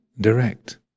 direct